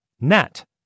NET